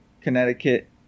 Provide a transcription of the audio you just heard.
Connecticut